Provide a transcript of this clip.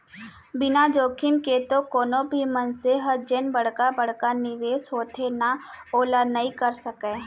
बिना जोखिम के तो कोनो भी मनसे ह जेन बड़का बड़का निवेस होथे ना ओला नइ करे सकय